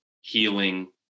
healing